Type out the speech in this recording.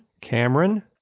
Cameron